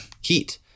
heat